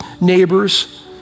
neighbors